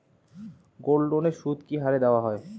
গোল্ডলোনের সুদ কি হারে দেওয়া হয়?